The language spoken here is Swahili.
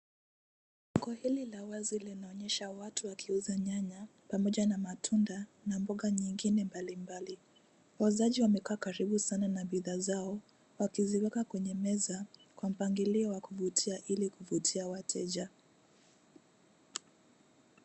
Soko hili la wazi linaonyesha watu wakiuza nyanya pamoja na matunda na mboga nyingine mbali mbali. Wauzaji wamekaa karibu sana na bidhaa zao wakiziweka kwenye meza kwa mpangilio wa kuvutia ili kuvutia wateja.